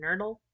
Nerdle